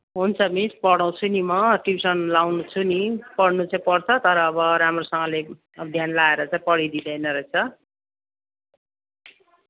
हुन्छ मिस पढ़ाउछु नि म ट्युसन् लाउँछु नि पढ्नु चाहिँ पढ्छ तर अब राम्रोसँगले ध्यान लाएर चाहिँ पढ़िदिँदैन रहेछ